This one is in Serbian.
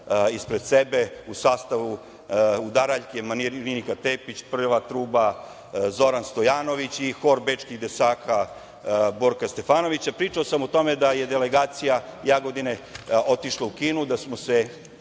ispred sebe u sastavu udaraljki Marinika Tepić, prva truba Zoran Stojanović i Hor bečkih dečaka Borka Stefanovića. Pričao sam o tome da je delegacija Jagodine otišla u Kinu, da smo se